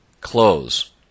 close